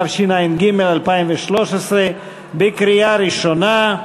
התשע"ג 2013, בקריאה ראשונה.